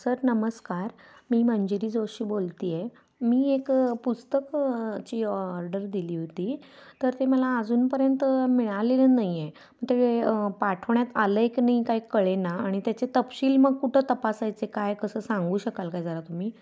sir नमस्कार मी मंजिरी जोशी बोलते आहे मी एक पुस्तक ची ऑर्डर दिली होती तर ते मला अजूनपर्यंत मिळालेलं नाही आहे ते पाठवण्यात आलं आहे का नाही काय कळे ना आणि त्याचे तपशील मग कुठं तपासायचे काय कसं सांगू शकाल काय जरा तुम्ही